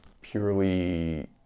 purely